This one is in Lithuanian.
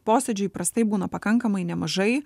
posėdžių įprastai būna pakankamai nemažai